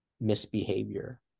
misbehavior